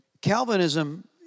Calvinism